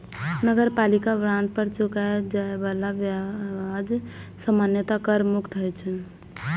नगरपालिका बांड पर चुकाएल जाए बला ब्याज सामान्यतः कर मुक्त होइ छै